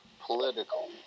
political